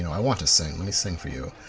you know i want to sing. let me sing for you.